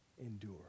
endure